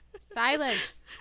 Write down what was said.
Silence